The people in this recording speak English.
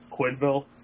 Quinville